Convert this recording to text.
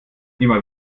immer